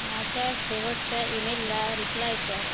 माझ्या शेवटच्या ईमेलला रिप्लाय कर